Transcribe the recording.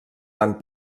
tant